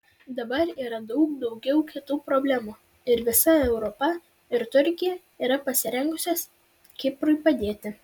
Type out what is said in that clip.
dabar yra daug daugiau kitų problemų ir visa europa ir turkija yra pasirengusios kiprui padėti